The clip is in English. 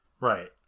right